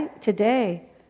today